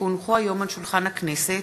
כי הונחו היום על שולחן הכנסת,